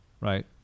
Right